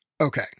Okay